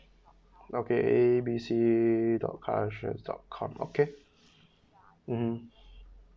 okay A B C dot car insurance dot com okay um